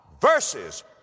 versus